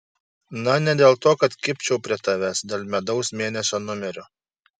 na ne dėl to kad kibčiau prie tavęs dėl medaus mėnesio numerių